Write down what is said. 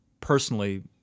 personally